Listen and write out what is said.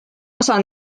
osa